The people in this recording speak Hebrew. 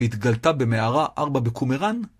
התגלתה במערה ארבע בקומראן.